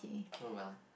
oh well